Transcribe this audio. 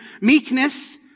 Meekness